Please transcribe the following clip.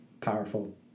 powerful